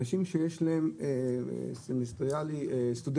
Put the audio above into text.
אנשים שיש להם כרטיס סטודנט,